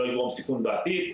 לא יגרום סיכון בעתיד,